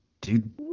dude